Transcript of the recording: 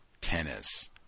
tennis